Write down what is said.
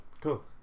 Cool